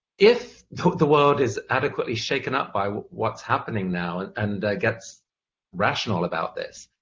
if the world is adequately shaken up by what's happening now and gets rational about this,